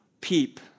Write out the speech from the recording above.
peep